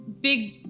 big